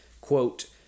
quote